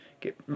get